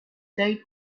state